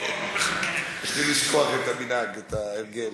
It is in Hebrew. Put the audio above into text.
מתחיל לשכוח את המנהג, את ההרגל.